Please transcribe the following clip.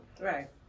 Right